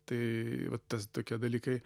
tai va tas tokie dalykai